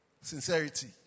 sincerity